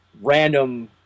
random